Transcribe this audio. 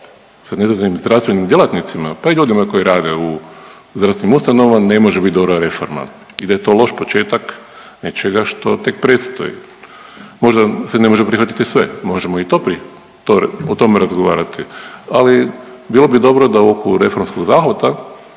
sa nezadovoljnim zdravstvenim djelatnicima pa i ljudima koji rade u zdravstvenim ustanovama ne može biti dobra reforma i da je to loš početak nečega što tek predstoji. Možda se ne može prihvatiti sve, možemo i to, o tome razgovarati, ali bilo bi dobro da oko reformskog zahvata